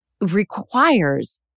requires